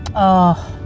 oh,